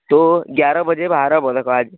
ତୁ ଗ୍ୟାରା ବଜେ ବାହାରବ ଦେଖା ଆଜି